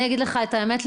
אני אגיד לך את האמת,